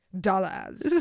dollars